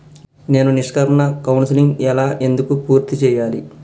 నేను నిష్క్రమణ కౌన్సెలింగ్ ఎలా ఎందుకు పూర్తి చేయాలి?